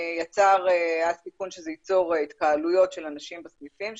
היה סיכון שזה ייצור התקהלויות של אנשים בסניפים,